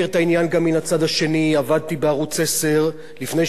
עבדתי בערוץ-10 לפני שהגעתי לכנסת הרבה שנים,